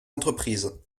entreprise